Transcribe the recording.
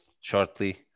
shortly